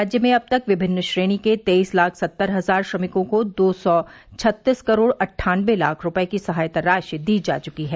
राज्य में अब तक विभिन्न श्रेणी के तेईस लाख सत्तर हजार श्रमिकों को दो सौ छत्तीस करोड़ अट्ठानबे लाख रूपये की सहायता राशि दी जा चुकी है